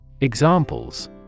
Examples